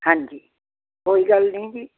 ਹਾਂਜੀ ਕੋਈ ਗੱਲ ਨੀ ਜੀ